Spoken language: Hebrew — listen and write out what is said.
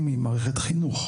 היא מערכת חינוך.